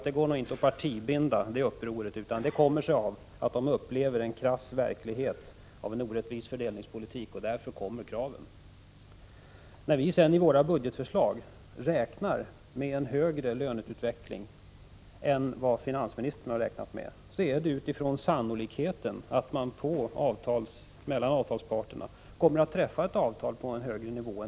Det går nog inte att partibinda det upproret, utan det kommer sig av att man upplever en krass verklighet med en orättvis fördelningspolitik. Därför kommer kraven. När vi i vårt budgetförslag räknar med en högre löneutveckling än vad finansministern har räknat med, så utgår vi från sannolikheten för att avtalsparterna kommer att träffa ett avtal på en högre nivå.